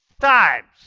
times